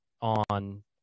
on